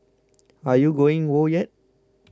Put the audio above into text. are you going whoa yet